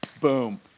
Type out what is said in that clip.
Boom